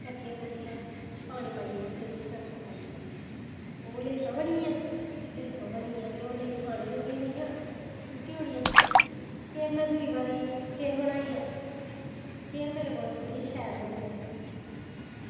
कट्टियां ते पानी पाई बैठी बिच तड़का पाइयै ओह् ते लेसां बनियां ते ओह् निं ते खाने जोगै रेहियां सुट्टी ओड़ी आं फिर में दूई बारी फिर बनाइयां फिर मेरे कोला थोह्ड़ी शैल बनी आं